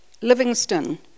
Livingston